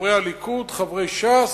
חברי הליכוד, חברי ש"ס,